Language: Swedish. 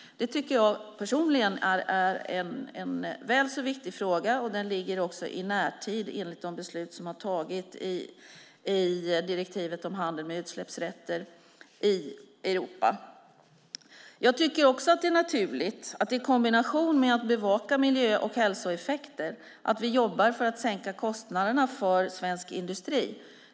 Det tycker jag personligen är en väl så viktig fråga, och den ligger också i närtid enligt de beslut som har tagits om direktivet om handel med utsläppsrätter i Europa. Jag tycker också att det är naturligt att vi i kombination med att bevaka miljö och hälsoeffekter jobbar för att sänka kostnaderna för svensk industri.